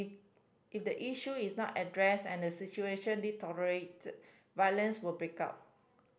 if the issue is not addressed and the situation deteriorates violence will break out